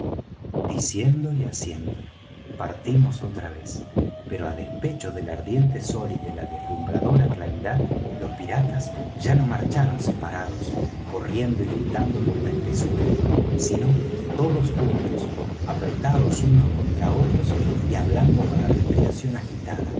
diciendo y haciendo partimos otra vez pero á despecho del ardiente sol y de la deslumbradora claridad los piratas ya no marcharon separados corriendo y gritando por la espesura sino todos juntos apretados unos contra otros y hablando con la respiración agitada